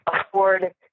afford